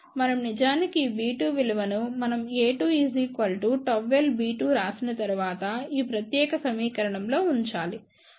మనం నిజానికి ఈ b2 విలువనుమనం a2 ΓL b2 రాసిన తరువాత ఈ ప్రత్యేక సమీకరణంలో ఉంచాలి